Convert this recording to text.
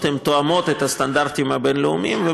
תואמות את הסטנדרטיים הבין-לאומיים,